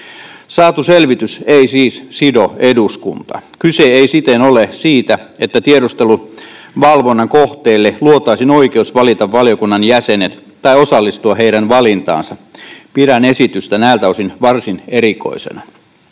Saatu selvitys ei siis sido eduskuntaa. Kyse ei siten ole siitä, että valvonnan kohteelle luotaisiin oikeus valita valiokunnan jäsenet tai osallistua heidän valintaansa. Pidän esitystä näiltä osin varsin erikoisena.